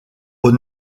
aux